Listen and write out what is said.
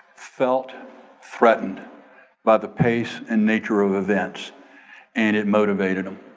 felt threatened by the pace and nature of events and it motivated them.